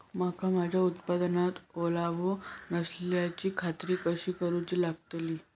मका माझ्या उत्पादनात ओलावो नसल्याची खात्री कसा करुची लागतली?